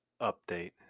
Update